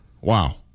Wow